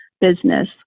business